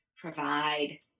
provide